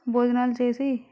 భోజనాలు చేసి